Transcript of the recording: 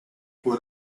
for